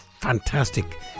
fantastic